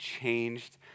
changed